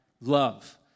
love